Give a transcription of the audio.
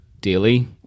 daily